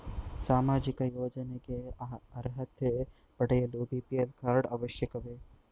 ಸಾಮಾಜಿಕ ಯೋಜನೆಗೆ ಅರ್ಹತೆ ಪಡೆಯಲು ಬಿ.ಪಿ.ಎಲ್ ಕಾರ್ಡ್ ಅವಶ್ಯಕವೇ?